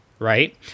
Right